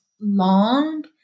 long